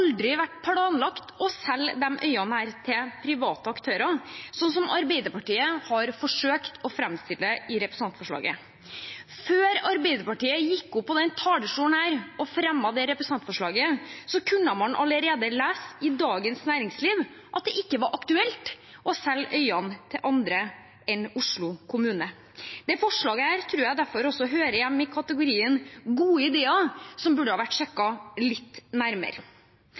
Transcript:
aldri vært planlagt å selge disse øyene til private aktører, slik som Arbeiderpartiet har forsøkt å framstille det i representantforslaget. Før Arbeiderpartiet gikk opp på denne talerstolen og fremmet representantforslaget, kunne man allerede lese i Dagens Næringsliv at det ikke var aktuelt å selge øyene til andre enn Oslo kommune. Dette forslaget tror jeg derfor hører hjemme i kategorien «gode ideer som burde vært sjekket litt nærmere».